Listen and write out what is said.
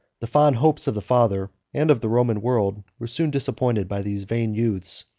the fond hopes of the father, and of the roman world, were soon disappointed by these vain youths,